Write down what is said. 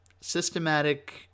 systematic